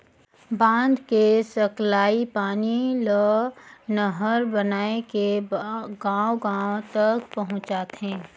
बांध मे सकलाए पानी ल नहर बनाए के गांव गांव तक पहुंचाथें